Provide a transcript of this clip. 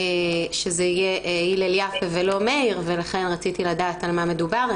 שזה יהיה הלל יפה ולא מאיר ולכן רציתי לדעת על מה מדובר.